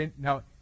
Now